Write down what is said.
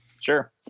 sure